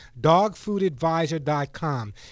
dogfoodadvisor.com